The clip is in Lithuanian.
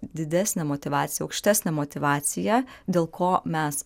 didesnę motyvaciją aukštesnę motyvaciją dėl ko mes